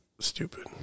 Stupid